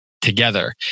together